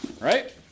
right